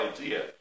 idea